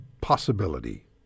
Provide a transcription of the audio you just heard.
possibility